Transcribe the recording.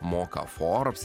moka forbs